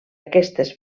aquestes